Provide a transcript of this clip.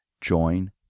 Join